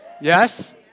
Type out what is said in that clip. Yes